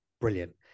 brilliant